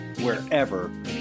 wherever